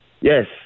Yes